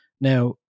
Now